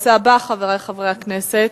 לנושא הבא, חברי חברי הכנסת: